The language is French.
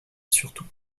surtout